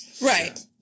Right